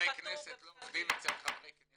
חברי הכנסת לא עובדים אצל חברי כנסת.